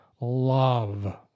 love